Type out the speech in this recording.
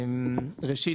ראשית,